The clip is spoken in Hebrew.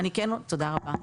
תודה רבה.